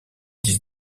dix